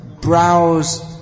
browse